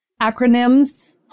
acronyms